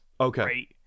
Okay